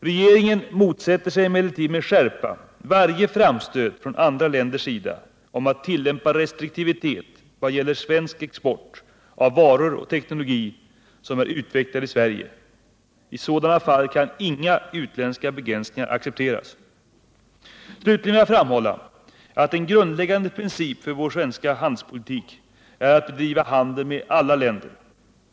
Regeringen motsätter sig emellertid med skärpa varje framstöt från andra länders sida om att tillämpa restriktivitet vad gäller svensk export av varor och teknologi som är utvecklad i Sverige. I sådana fall kan inga utländska begränsningar accepteras. Slutligen vill jag framhålla att en grundläggande princip för vår svenska handelspolitik är att bedriva handel med alla länder.